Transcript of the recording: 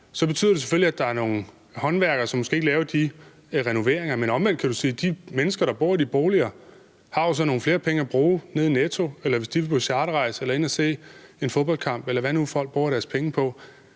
så betyder det selvfølgelig, at der er nogle håndværkere, som måske ikke skal lave de renoveringer. Men omvendt kan du sige, at de mennesker, der bor i de boliger, så har nogle flere penge at bruge nede i Netto, eller hvis de vil på charterrejse eller ind og se en fodboldkamp, eller hvad folk nu bruger deres penge på.